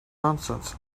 nonsense